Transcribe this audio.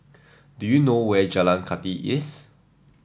do you know where Jalan Kathi is